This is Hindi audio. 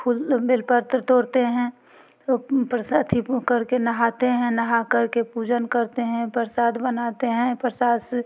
फुल बेलपत्र तोड़ते हैं तो प्रसादी कर के नहाते हैं नहा कर के पूजन करते हैं परसाद बनाते हैं प्रसाद से